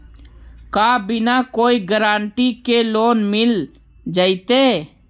का बिना कोई गारंटी के लोन मिल जीईतै?